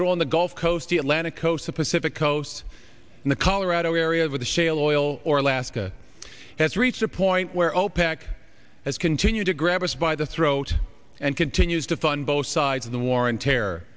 draw on the gulf coast the atlantic coast the pacific coast and the colorado area over the shale oil alaska has reached a point where opec has continued to grab us by the throat and continues to fund both sides of the war on terror